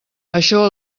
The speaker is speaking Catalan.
això